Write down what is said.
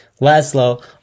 Laszlo